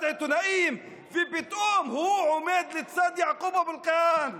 עיתונאים ופתאום הוא עומד לצד יעקוב אבו אלקיעאן.